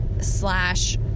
slash